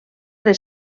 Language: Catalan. les